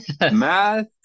math